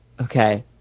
Okay